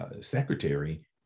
secretary